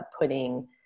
putting